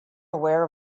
aware